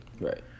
Right